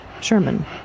Sherman